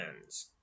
hands